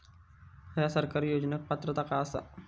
हया सरकारी योजनाक पात्रता काय आसा?